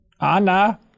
Anna